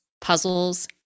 puzzles